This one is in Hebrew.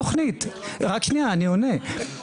ופה אני עונה על זה בשני כיוונים: